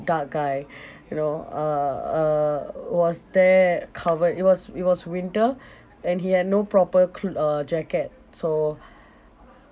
dark guy you know uh uh was there covered it was it was winter and he had no proper clo~ uh jacket so